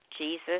Jesus